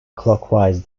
clockwise